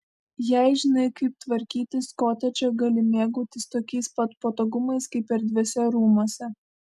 jei žinai kaip tvarkytis kotedže gali mėgautis tokiais pat patogumais kaip erdviuose rūmuose